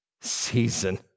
season